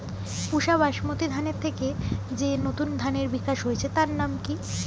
পুসা বাসমতি ধানের থেকে যে নতুন ধানের বিকাশ হয়েছে তার নাম কি?